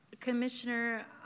Commissioner